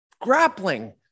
grappling